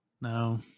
No